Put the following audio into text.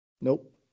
Nope